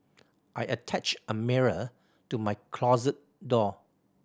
I attached a mirror to my closet door